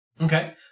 Okay